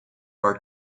are